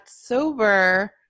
sober